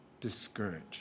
discouraged